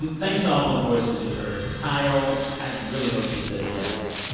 and thanks to all those voices you heard. kyle, i really hope she says yes